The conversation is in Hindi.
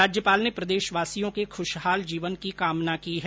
राज्यपाल ने प्रदेशवासियों के ख्रशहाल जीवन की कामना की है